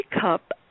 Cup